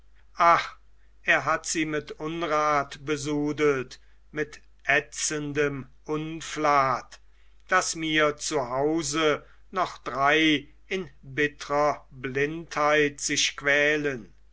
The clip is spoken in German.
er hat sie mit unrat besudelt mit ätzendem unflat daß mir zu hause noch drei in bittrer blindheit sich quälen